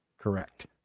Correct